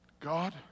God